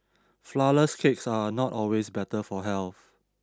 flourless cakes are not always better for health